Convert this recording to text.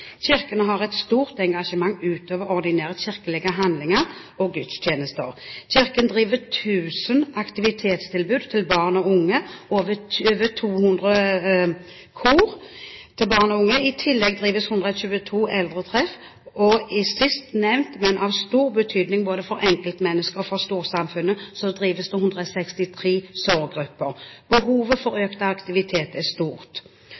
Kirkene har et stort engasjement utover ordinære kirkelige handlinger og gudstjenester. Kirken har over 1 000 aktivitetstilbud til barn og unge og over 200 kor for barn og voksne. I tillegg er det 122 eldretreff og – sist nevnt, men av stor betydning både for enkeltmennesker og for storsamfunnet – 163 sorggrupper. Behovet for økt aktivitet er stort.